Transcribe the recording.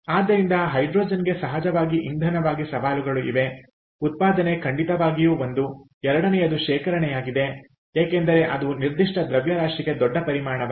ಆದ್ದರಿಂದ ಹೈಡ್ರೋಜನ್ಗೆ ಸಹಜವಾಗಿ ಇಂಧನವಾಗಿ ಸವಾಲುಗಳು ಇವೆ ಉತ್ಪಾದನೆ ಖಂಡಿತವಾಗಿಯೂ ಒಂದು ಎರಡನೆಯದು ಶೇಖರಣೆಯಾಗಿದೆ ಏಕೆಂದರೆ ಅದು ನಿರ್ದಿಷ್ಟ ದ್ರವ್ಯರಾಶಿಗೆ ದೊಡ್ಡ ಪರಿಮಾಣವಾಗಿದೆ